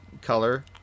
color